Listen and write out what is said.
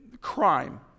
crime